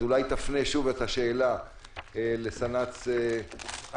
אז אולי תפנה שוב את השאלה לסנ"צ איה.